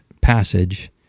passage